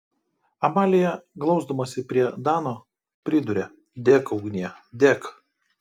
amalija glausdamasi prie dano priduria dek ugnie dek